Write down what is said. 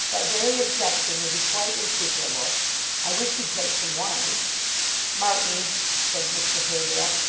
that very objection would be quite insuperable i wish you'd take some wine mark me said mr haredale,